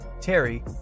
terry